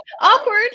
awkward